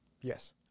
Yes